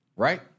Right